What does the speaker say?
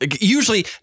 Usually